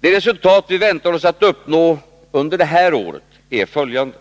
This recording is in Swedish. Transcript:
De resultat vi väntar oss att uppnå under det här året är följande: